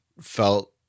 felt